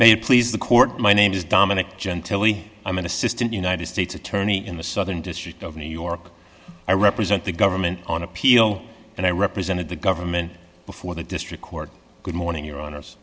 it please the court my name is dominic gentilly i'm an assistant united states attorney in the southern district of new york i represent the government on appeal and i represented the government before the district court good morning your hon